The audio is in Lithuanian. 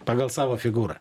pagal savo figūrą